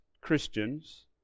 christians